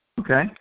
Okay